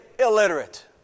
Illiterate